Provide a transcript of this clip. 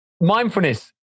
Mindfulness